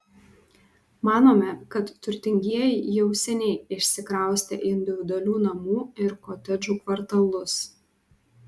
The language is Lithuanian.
manome kad turtingieji jau seniai išsikraustė į individualių namų ir kotedžų kvartalus